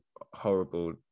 horrible